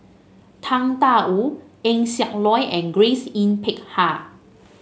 Tang Da Wu Eng Siak Loy and Grace Yin Peck Ha